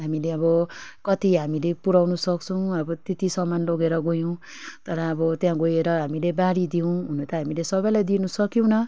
हामीले अब कति हामीले पुर्याउन सक्छौँ अब त्यति सामान लगेर गयौँ तर अब त्यहाँ गएर हामीले बाँडी दियौँ हुन त हामीले सबैलाई दिनु सकेनौँ